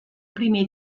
primer